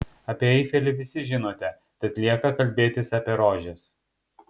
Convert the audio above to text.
apie eifelį visi žinote tad lieka kalbėtis apie rožes